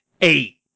eight